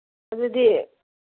ꯑꯗꯨꯗꯤ